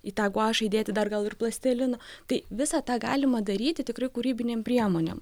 į tą guašą įdėti dar gal ir plastiliną tai visą tą galima daryti tikrai kūrybinėm priemonėm